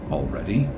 Already